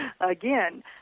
again